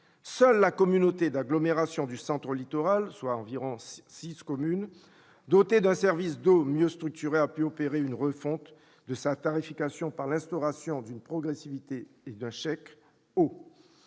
seule la communauté d'agglomération du Centre Littoral, soit six communes, dotée d'un service d'eau mieux structuré, a pu opérer une refonte de sa tarification par l'instauration d'une progressivité et d'un « chèque eau